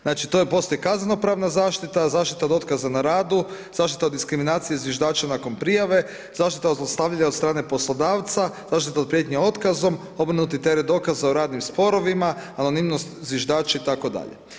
Znači to postaje kazneno pravno zaštita, zaštita od otkaza na radu, zaštita od diskriminacije i zviždača nakon prijave, zaštita od zlostavljanja od strane poslodavca, zaštita od prijetnje otkazom, obrnuti teret dokaza u radnim sporovima, anonimnost zviždača itd.